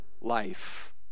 life